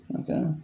Okay